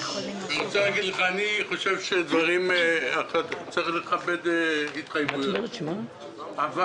אני רוצה להגיד לך שצריך לכבד התחייבויות אבל,